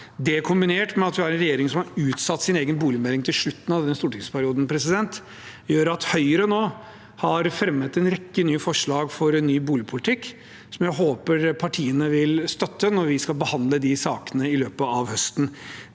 Det kombinert med at vi har en regjering som har utsatt sin egen boligmelding til slutten av denne stortingsperioden, gjør at Høyre nå har fremmet en rekke nye forslag for en ny boligpolitikk, som jeg håper partiene vil støtte når vi skal behandle de sakene i løpet av høsten.